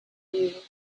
you